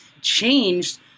changed